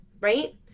right